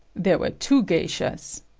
there were two geishas.